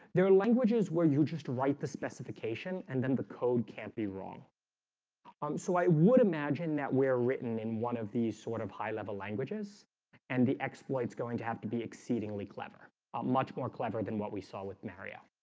there are languages where you just write the specification and then the code can't be wrong um so i would imagine that we're written in one of these sort of high level languages and the exploit is going to have to be exceedingly clever a much more clever than what we saw with. mariya